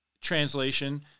translation